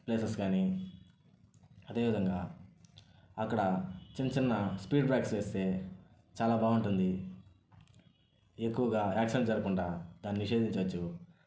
places కానీ అదేవిధంగా అక్కడ చిన్న చిన్న స్పీడ్ బ్రేకర్స్ వేస్తే చాలా బాగుంటుంది ఎక్కువగా యాక్సిడెంట్స్ జరగకుండా దాన్ని నిషేధించవచ్చు